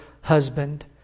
husband